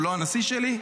הוא לא הנשיא שלי?